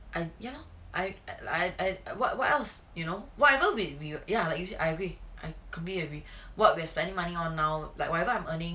and ya lor you know I I like err what what else you know whatever we we ya I I agree I completely agree what we're spending money on now like whatever I'm earning